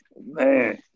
Man